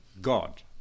God